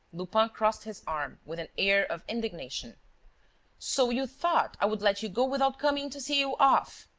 lupin crossed his arms with an air of indignation so you thought i would let you go without coming to see you off?